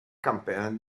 campeón